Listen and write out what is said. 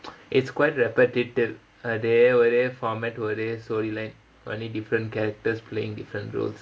it's quite repetitive அதே ஒரே:athae orae format ஒரே:orae story line only different characters playing different roles